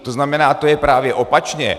To znamená, že to je právě opačně.